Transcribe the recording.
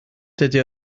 dydy